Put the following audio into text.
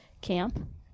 camp